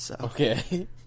Okay